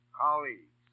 colleagues